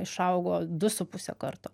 išaugo du su puse karto